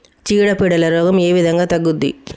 చీడ పీడల రోగం ఏ విధంగా తగ్గుద్ది?